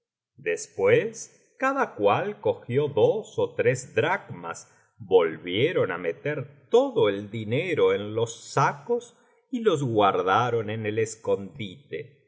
después cada cual cogió dos ó tres dracmas volvieron á meter todo el dinero en los sacos y los guardaron en el escondite